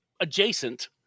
adjacent